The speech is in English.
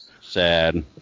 Sad